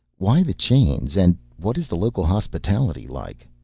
why the chains and what is the local hospitality like?